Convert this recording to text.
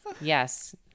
Yes